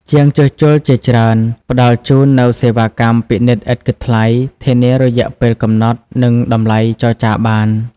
ជាងជួសជុលជាច្រើនផ្តល់ជូននូវសេវាកម្មពិនិត្យឥតគិតថ្លៃ ធានារយៈពេលកំណត់ និងតម្លៃចរចាបាន។